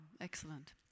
Excellent